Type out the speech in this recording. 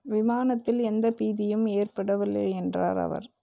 விமானத்தில் எந்தப் பீதியும் ஏற்படவில்லை என்றார் அவர்